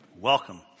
Welcome